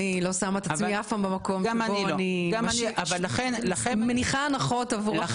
אני לא שמה את עצמי במקום שבו אני מניחה הנחות עבור אחרים.